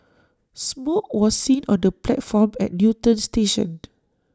smoke was seen on the platform at Newton station